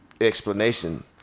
explanation